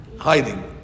hiding